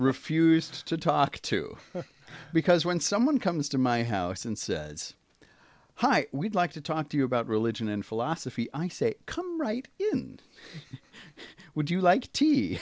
refused to talk to me because when someone comes to my house and says hi we'd like to talk to you about religion and philosophy i say come right would you like tea